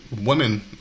women